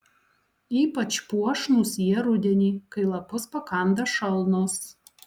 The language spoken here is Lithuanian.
ypač puošnūs jie rudenį kai lapus pakanda šalnos